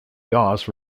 goss